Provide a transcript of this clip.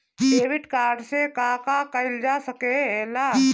Debit card से का का कइल जा सके ला?